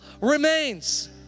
remains